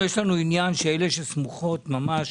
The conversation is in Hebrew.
לנו יש עניין שאלה שסמוכות ממש,